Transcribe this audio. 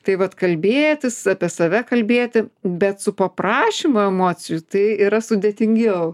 tai vat kalbėtis apie save kalbėti bet su paprašymu emocijų tai yra sudėtingiau